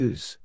Use